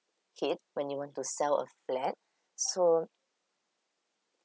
get when you want to sell a flat so